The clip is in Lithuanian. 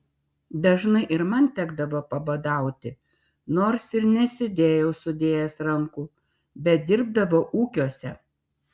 dažnai ir man tekdavo pabadauti nors ir nesėdėjau sudėjęs rankų bet dirbdavau ūkiuose